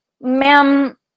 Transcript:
ma'am